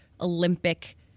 Olympic